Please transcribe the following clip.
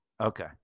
Okay